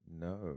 No